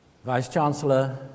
Vice-Chancellor